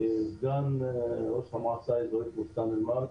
סגן ראש המועצה האזורית בוסתן אל-מרג'.